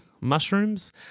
mushrooms